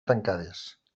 tancades